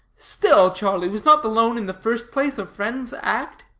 still, charlie, was not the loan in the first place a friend's act?